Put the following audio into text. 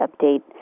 update